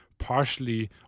Partially